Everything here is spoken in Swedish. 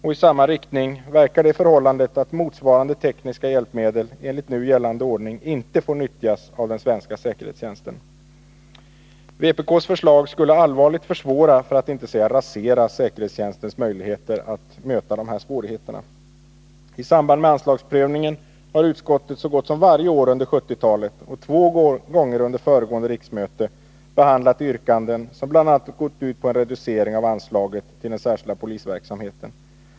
I samma riktning verkar det förhållandet att motsvarande tekniska hjälpmedel enligt nu gällande ordning inte får nyttjas av den svenska säkerhetstjänsten. Vpk:s förslag skulle allvarligt försvåra för att inte säga rasera säkerhetstjänstens möjligheter att möta dessa svårigheter. I samband med anslagsprövningen har utskottet så gott som varje år under 1970-talet och två gånger under föregående riksmöte behandlat yrkanden som bl.a. gått ut på en reducering av anslaget till den särskilda polisverksamheten.